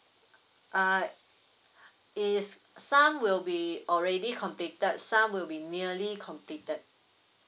uh is some will be already completed some will be nearly completed